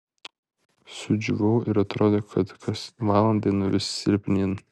sudžiūvau ir atrodė kad kas valandą einu vis silpnyn